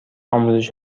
آموزش